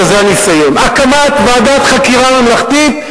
ובזה אסיים: הקמת ועדה חקירה ממלכתית,